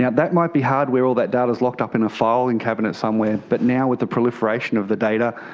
yeah that might be hard where all that data is locked up in a filing cabinet somewhere, but now with the proliferation of the data,